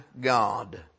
God